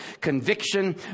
conviction